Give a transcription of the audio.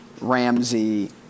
Ramsey